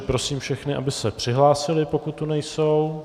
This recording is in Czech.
Prosím všechny, aby se přihlásili, pokud tu nejsou.